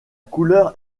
couleur